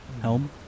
helm